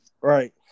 Right